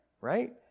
Right